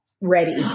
ready